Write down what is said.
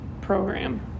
program